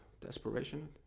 desperation